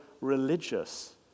religious